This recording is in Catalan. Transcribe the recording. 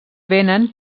venen